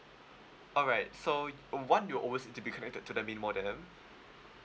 alright so one it will always need to be connected to the main modem